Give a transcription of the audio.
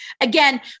again